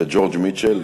זה ג'ורג' מיטשל,